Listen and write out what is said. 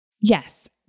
Yes